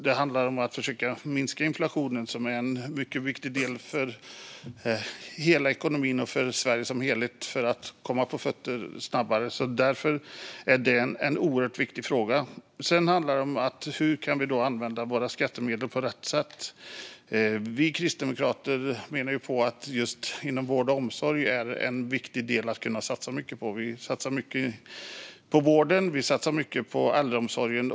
Det handlar om att försöka minska inflationen, vilket är en mycket viktig del för ekonomin och Sverige som helhet för att komma på fötter igen snabbare. Därför är det en oerhört viktig fråga. Det handlar också om hur vi använder våra skattemedel på rätt sätt. Vi kristdemokrater menar att vård och omsorg är en viktig del att satsa mycket på. Vi satsar mycket på vården, och vi satsar mycket på äldreomsorgen.